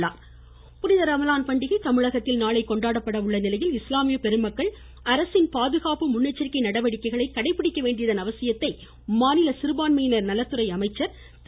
ரமலான் புனித ரமலான் பண்டிகை தமிழகத்தில் நாளை கொண்டாடப்படவுள்ளநிலையில் இஸ்லாமிய பெருமக்கள் அரசின் பாதுகாப்பு முன்னெச்சரிக்கை நடவடிக்கைகளை கடைபிடிக்கவேண்டியதன் அவசியத்தை மாநில சிறுபான்மையினர் நலன் மற்றும் வெளிநாடு வாழ் தமிழர் நலத்துறை அமைச்சர் திரு